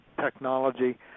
technology